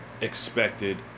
expected